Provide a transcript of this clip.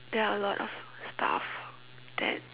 there are a lot of stuff that